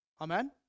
amen